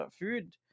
food